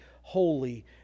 holy